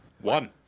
One